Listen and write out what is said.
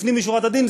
לפנים משורת הדין,